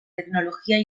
tecnología